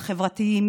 החברתיים,